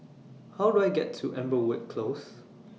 How Do I get to Amberwood Close